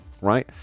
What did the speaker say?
right